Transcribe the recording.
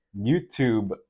YouTube